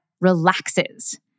relaxes